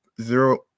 zero